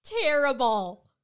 terrible